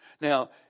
Now